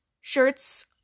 Shirts